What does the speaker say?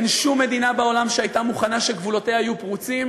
אין שום מדינה בעולם שהייתה מוכנה שגבולותיה יהיו פרוצים